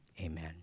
amen